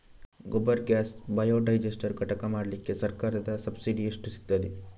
Gobar gas biodigester ಘಟಕ ಮಾಡ್ಲಿಕ್ಕೆ ಸರ್ಕಾರದ ಸಬ್ಸಿಡಿ ಎಷ್ಟು ಸಿಕ್ತಾದೆ?